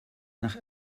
nach